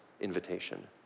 invitation